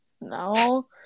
No